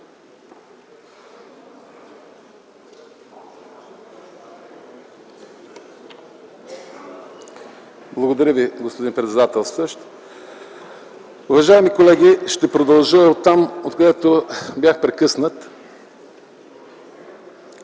Благодаря Ви, господин председател. Уважаеми колеги, ще продължа оттам, откъдето бях прекъснат,